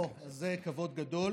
תודה, זה כבוד גדול.